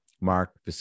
Mark